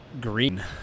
green